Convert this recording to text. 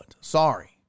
Sorry